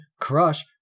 Crush